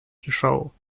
show